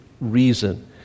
reason